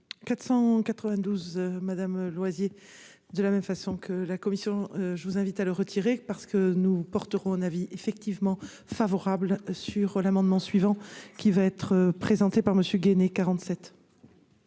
492 Madame de la même façon que la commission, je vous invite à le retirer parce que nous porterons un avis effectivement favorable sur l'amendement suivant qui va être présenté par monsieur Gainey 47.